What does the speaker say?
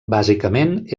bàsicament